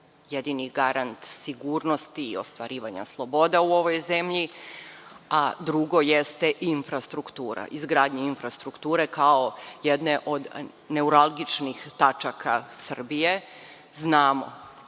jedini garant sigurnosti i ostvarivanja sloboda u ovoj zemlji, a drugo jeste infrastruktura, izgradnja infrastrukture kao jedne od neuralgičnih tačaka Srbije. Znamo,